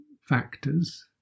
factors